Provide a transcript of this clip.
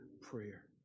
prayer